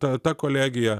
ta ta kolegija